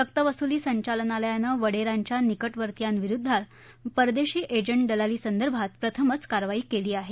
सक्तवसूली संचालनालयानं वडेरांच्या निकटवर्तियांविरुद्ध परदेशी एजंट दलाली संदर्भात प्रथमच कारवाई केली आहे